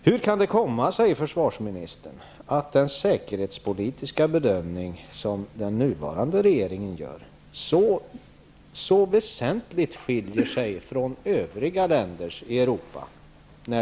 Hur kan det komma sig, försvarsministern, att den säkerhetspolitiska bedömning som den nuvarande regeringen gör, så väsentligt skiljer sig från övriga länders i Europa?